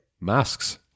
masks